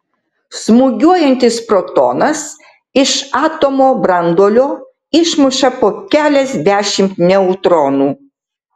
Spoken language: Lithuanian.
smūgiuojantis protonas iš atomo branduolio išmuša po keliasdešimt neutronų